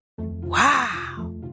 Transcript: Wow